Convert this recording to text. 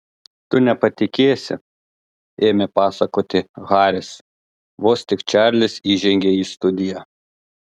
tu nepatikėsi ėmė pasakoti haris vos tik čarlis įžengė į studiją